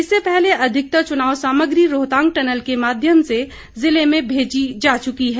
इससे पहले अधिकतर चुनाव सामग्री रोहतांग टनल के मााध्यम से जिले में भेजी जा चुकी है